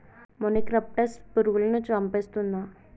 మొనిక్రప్టస్ పురుగులను చంపేస్తుందా?